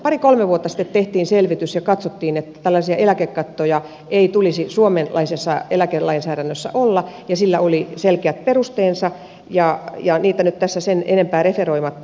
pari kolme vuotta sitten tehtiin selvitys ja katsottiin että tällaisia eläkekattoja ei tulisi suomalaisessa eläkelainsäädännössä olla ja sillä oli selkeät perusteensa niitä nyt tässä sen enempää referoimatta